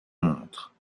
montre